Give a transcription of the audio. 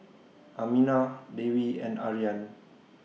Aminah Dewi and Aryan